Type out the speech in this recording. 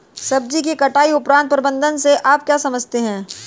सब्जियों के कटाई उपरांत प्रबंधन से आप क्या समझते हैं?